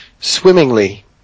swimmingly